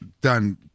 done